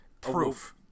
proof